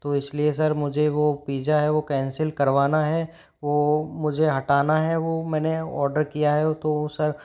तो इसलिए सर मुझे वो पिजा है वो कैंसिल करवाना है वो मुझे हटाना है वो मैंने आर्डर किया है वो तो सर